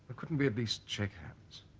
couldn't we at least shake hands